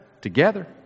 together